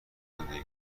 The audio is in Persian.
زندگی